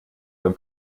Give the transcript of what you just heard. beim